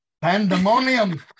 Pandemonium